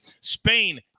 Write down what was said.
Spain